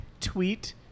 tweet